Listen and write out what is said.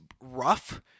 rough